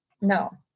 No